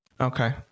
okay